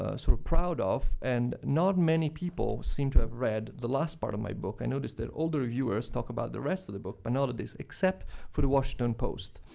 ah sort of proud of. and not many people seem to have read the last part of my book. i notice that all the reviewers talk about the rest of the book, but none of them except for the washington post.